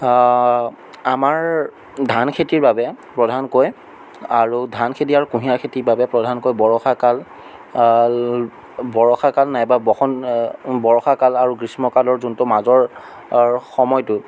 আমাৰ ধানখেতিৰ বাবে প্ৰধানকৈ আৰু ধানখেতি আৰু কুঁহিয়াৰ খেতিৰ বাবে প্ৰধানকৈ বৰষাকাল বৰষাকাল নাইবা বসন্ত বৰষাকাল আৰু গ্ৰীষ্ম কালৰ যোনটো মাজৰ সময়টো